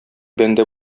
бәндә